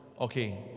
Okay